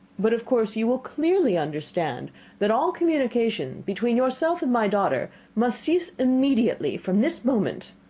but of course, you will clearly understand that all communication between yourself and my daughter must cease immediately from this moment.